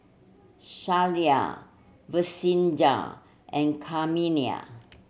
Shelia Vincenza and